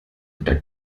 unter